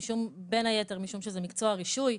בין היתר משום שזה מקצוע רישוי,